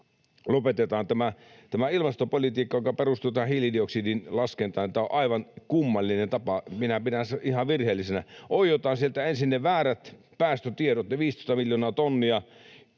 Lopetetaan tämä ilmastopolitiikka, joka perustuu tähän hiilidioksidin laskentaan. Tämä on aivan kummallinen tapa. Minä pidän sitä ihan virheellisenä. Oiotaan sieltä ensin ne väärät päästötiedot, se 15 miljoonaa tonnia,